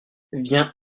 viens